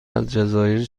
الجزایر